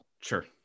sure